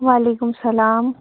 وعلیکُم سلام